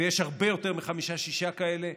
ויש הרבה יותר מחמישה-שישה כאלה,